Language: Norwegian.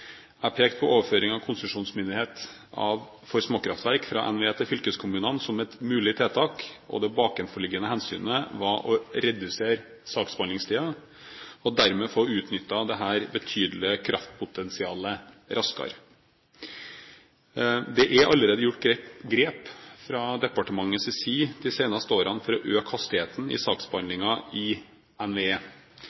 Jeg pekte på overføring av konsesjonsmyndighet for småkraftverk fra NVE til fylkeskommunen som ett mulig tiltak. Det bakenforliggende hensynet var å redusere saksbehandlingstiden og dermed få utnyttet dette betydelige kraftpotensialet raskere. Det er allerede gjort grep fra departementets side de seneste årene for å øke hastigheten i